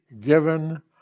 given